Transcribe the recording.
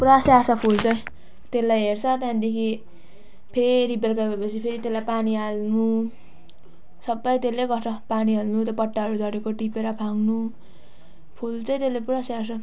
पुरा स्याहार्छ फुल चाहिँ त्यसले हेर्छ त्यहाँदेखि फेरि बेलुका भएपछि फेरि त्यसलाई पानी हाल्नु सबै त्यसले गर्छ पानी हाल्नु त्यो पत्ताहरू झरेको टिपेर फ्याँक्नु फुल चाहिँ त्यसले पुरा स्याहार्छ